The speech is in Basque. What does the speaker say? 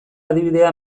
adibidea